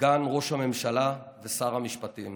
סגן ראש הממשלה ושר המשפטים,